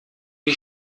die